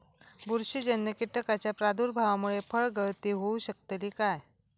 बुरशीजन्य कीटकाच्या प्रादुर्भावामूळे फळगळती होऊ शकतली काय?